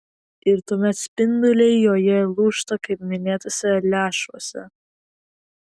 ir tuomet spinduliai joje lūžta kaip minėtuose lęšiuose